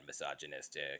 misogynistic